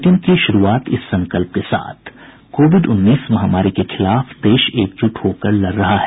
bulletin की शुरूआत इस संकल्प के साथ कोविड उन्नीस महामारी के खिलाफ देश एकजुट होकर लड़ रहा है